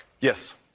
Yes